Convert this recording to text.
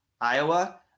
Iowa